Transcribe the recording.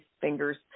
fingers